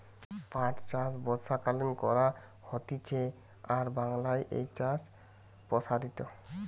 পাট চাষ বর্ষাকালীন করা হতিছে আর বাংলায় এই চাষ প্সারিত